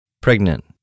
pregnant